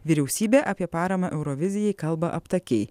vyriausybė apie paramą eurovizijai kalba aptakiai